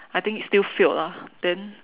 I think he still failed lah then